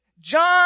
John